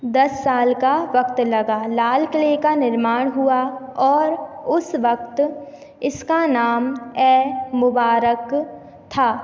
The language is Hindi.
दस साल का वक़्त लगा लाल क़िले का निर्माण हुआ और उस वक़्त इसका नाम ए मुबारक था